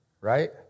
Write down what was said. right